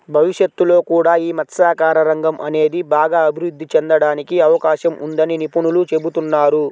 భవిష్యత్తులో కూడా యీ మత్స్యకార రంగం అనేది బాగా అభిరుద్ధి చెందడానికి అవకాశం ఉందని నిపుణులు చెబుతున్నారు